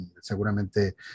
seguramente